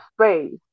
space